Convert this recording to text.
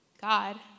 God